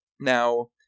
Now